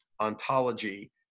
ontology